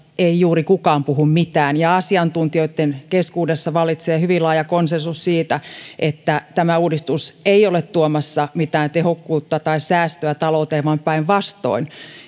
ei juuri kukaan puhu mitään ja asiantuntijoitten keskuudessa vallitsee hyvin laaja konsensus siitä että tämä uudistus ei ole tuomassa mitään tehokkuutta tai säästöä talouteen vaan päinvastoin